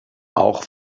auch